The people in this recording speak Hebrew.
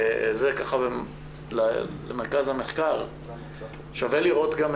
הערה למרכז המחקר, שווה לחשוב על